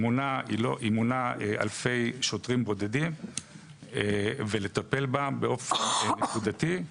שמונה אלפי שוטרים בודדים ולטפל בה באופן נקודתי.